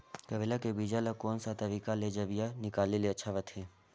करेला के बीजा ला कोन सा तरीका ले जरिया निकाले ले अच्छा रथे?